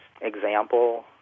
example